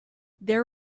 there